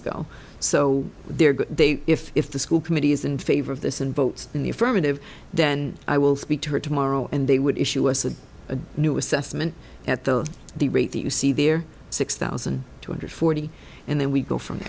ago so they're good if if the school committee is in favor of this and vote in the affirmative then i will speak to her tomorrow and they would issue us with a new assessment at the rate that you see there six thousand two hundred forty and then we go from